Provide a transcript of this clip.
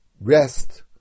rest